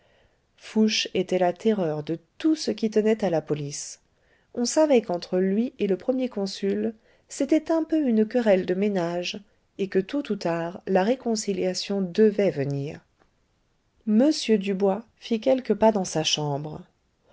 fouché était la terreur de tout ce qui tenait à la police on savait qu'entre lui et le premier consul c'était un peu une querelle de ménage et que tôt ou tard la réconciliation devait venir m dubois fit quelques pas dans sa chambre